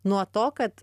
nuo to kad